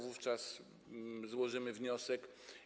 Wówczas złożymy wniosek.